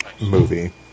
movie